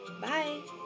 Bye